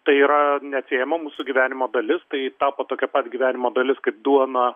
tai yra neatsiejama mūsų gyvenimo dalis tai tapo tokia pat gyvenimo dalis kaip duona